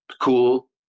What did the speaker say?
cool